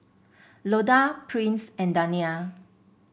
Loda Prince and Dania